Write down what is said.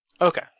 Okay